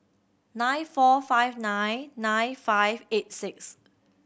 nine four five nine nine five eight six